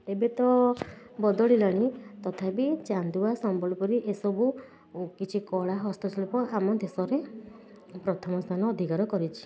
ଏବେ ତ ବଦଳିଲାଣି ତଥାପି ଚାନ୍ଦୁଆ ସମ୍ବଲପୁରୀ ଏସବୁ କିଛି କଳା ହସ୍ତଶିଳ୍ପ ଆମ ଦେଶରେ ପ୍ରଥମସ୍ଥାନ ଅଧିକାର କରିଛି